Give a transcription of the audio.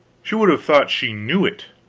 she would have thought she knew it.